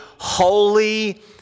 holy